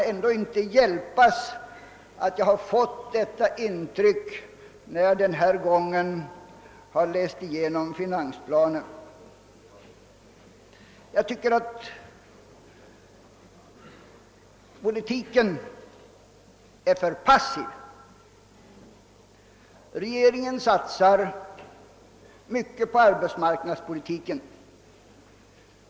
Men jag har ändå fått detta intryck när jag denna gång har läst igenom finansplanen. Politiken är för passiv. Regeringen satsar mycket på arbetsmarknadspolitiken.